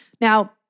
Now